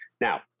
Now